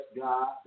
God